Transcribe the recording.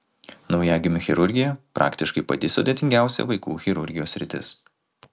naujagimių chirurgija praktiškai pati sudėtingiausia vaikų chirurgijos sritis